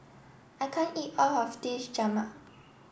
I can't eat all of this